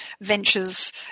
Ventures